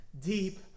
deep